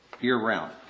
year-round